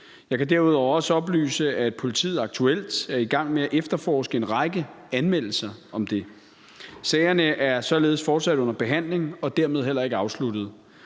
Jeg kan derudover også oplyse, at politiet aktuelt er i gang med at efterforske en række anmeldelser om det. Sagerne er således fortsat under behandling og dermed heller ikke afsluttet.